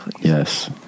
Yes